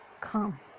come